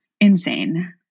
insane